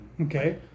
Okay